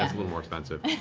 little more expensive.